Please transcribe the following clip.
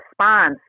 response